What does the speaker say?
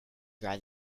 dry